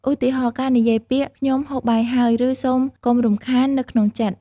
ឧទាហរណ៍៖ ការនិយាយពាក្យ ខ្ញុំហូបបាយហើយ ឬសូមកុំរំខាន នៅក្នុងចិត្ត ។